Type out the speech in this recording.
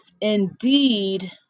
indeed